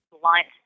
blunt